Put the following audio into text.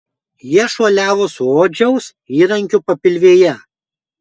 jie šuoliavo su odžiaus įrankiu papilvėje